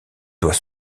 doit